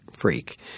freak